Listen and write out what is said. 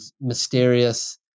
mysterious